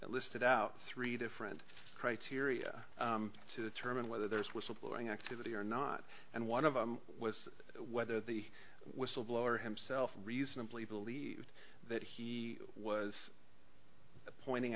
listed out three different criteria to determine whether there is whistle blowing activity or not and one of them was whether the whistleblower himself reasonably believed that he was pointing